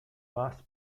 mass